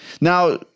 now